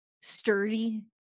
sturdy